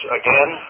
again